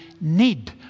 need